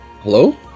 Hello